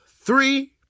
three